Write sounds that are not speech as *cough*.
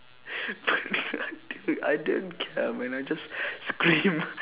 *laughs* I didn't I didn't care man I just screamed